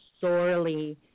sorely